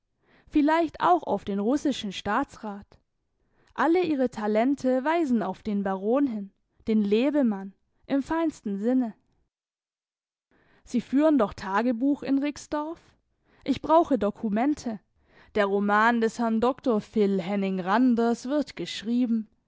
vielleicht auch auf den russischen staatsrat alle ihre talente weisen auf den baron hin den lebemann im feinsten sinne sie führen doch tagebuch in rixdorf ich brauche dokumente der roman des herrn dr phil henning randers wird geschrieben